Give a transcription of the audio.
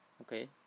Okay